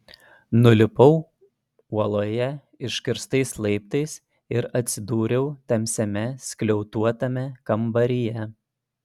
nulipau uoloje iškirstais laiptais ir atsidūriau tamsiame skliautuotame kambaryje